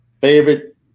Favorite